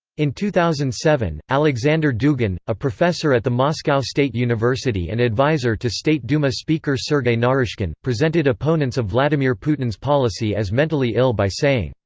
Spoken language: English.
in two thousand and seven, alexander dugin, a professor at the moscow state university and adviser to state duma speaker sergei naryshkin, presented opponents of vladimir putin's policy as mentally ill by saying,